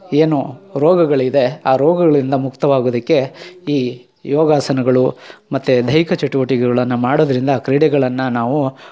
ಏನು ರೋಗಗಳಿದೆ ಆ ರೋಗಗಳಿಂದ ಮುಕ್ತವಾಗೋದಿಕ್ಕೆ ಈ ಯೋಗಾಸನಗಳು ಮತ್ತು ದೈಹಿಕ ಚಟುವಟಿಕೆಗಳನ್ನು ಮಾಡೋದ್ರಿಂದ ಕ್ರೀಡೆಗಳನ್ನು ನಾವು